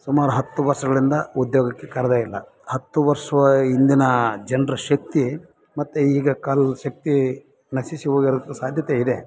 ಸುಮಾರು ಹತ್ತು ವರ್ಷಗಳಿಂದ ಉದ್ಯೋಗಕ್ಕೆ ಕರೆದೆ ಇಲ್ಲ ಹತ್ತು ವರ್ಷವ ಇಂದಿನ ಜನ್ರ ಶಕ್ತಿ ಮತ್ತು ಈಗ ಕಾಲು ಶಕ್ತಿ ನಶಿಸಿ ಹೋಗಿರೋಕ್ ಸಾಧ್ಯತೆ ಇದೆ